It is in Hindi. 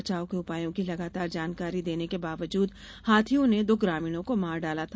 बचाव के उपायों की लगातार जानकारी देने के बावजूद हाथियों ने दो ग्रामीणों को मार डाला था